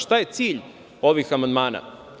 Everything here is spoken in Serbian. Šta je cilj ovih amandmana?